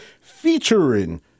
featuring